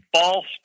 false